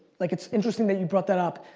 like it's interesting that you brought that up.